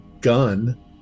gun